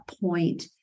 point